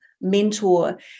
mentor